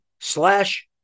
slash